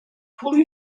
fully